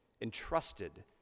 entrusted